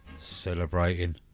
Celebrating